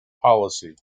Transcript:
policy